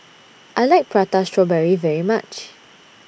I like Prata Strawberry very much